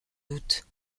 doute